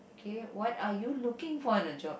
K what are you looking for in a job